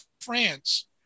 France